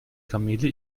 kamele